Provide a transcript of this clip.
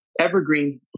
evergreen